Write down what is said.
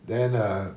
then err